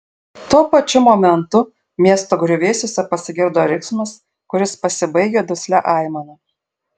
tuo pačiu momentu miesto griuvėsiuose pasigirdo riksmas kuris pasibaigė duslia aimana